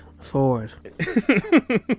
ford